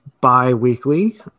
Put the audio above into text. bi-weekly